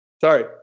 Sorry